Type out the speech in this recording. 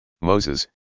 Moses